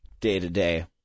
day-to-day